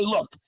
look